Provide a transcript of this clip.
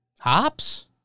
Hops